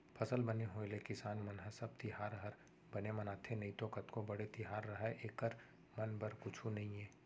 फसल बने होय ले किसान मन ह सब तिहार हर बने मनाथे नइतो कतको बड़े तिहार रहय एकर मन बर कुछु नइये